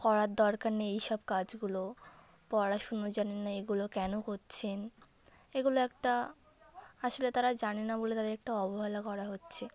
করার দরকার নেই এই সব কাজগুলো পড়াশুনো জানে না এইগুলো কেন করছেন এগুলো একটা আসলে তারা জানে না বলে তাদের একটা অবহেলা করা হচ্ছে